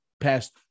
past